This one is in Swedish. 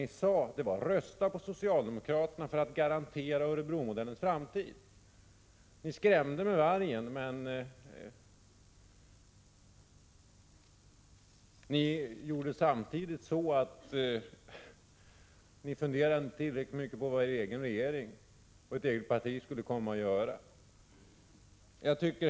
Ni sade: Rösta på socialdemokraterna för att Örebromodellens framtid skall garanteras. Ni skrämde med vargen, men samtidigt funderade ni inte tillräckligt mycket på vad er egen regering och ert eget parti skulle komma att göra.